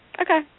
Okay